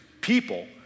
people